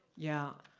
yeah.